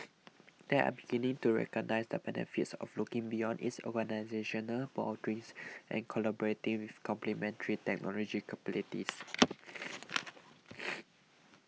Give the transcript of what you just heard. they are beginning to recognise the benefits of looking beyond its organisational boundaries and collaborating with complementary technological capabilities